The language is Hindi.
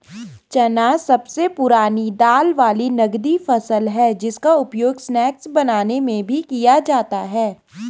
चना सबसे पुरानी दाल वाली नगदी फसल है जिसका उपयोग स्नैक्स बनाने में भी किया जाता है